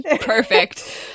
Perfect